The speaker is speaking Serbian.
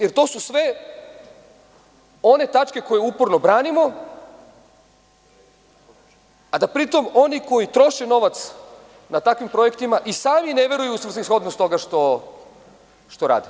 Jer, to su sve one tačke koje uporno branimo, a da pri tom oni koji troše novac na takvim projektima i sami ne veruju u svrsishodnost toga što rade.